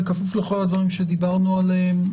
בכפוף לכל הדברים שדיברנו עליהם,